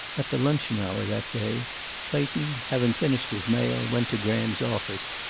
at the luncheon hour that day clayton, having finished his mail, went to graham's office.